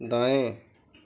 दाएँ